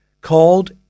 called